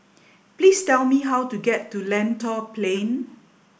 please tell me how to get to Lentor Plain